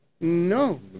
No